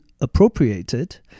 appropriated